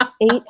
Eight